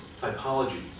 typologies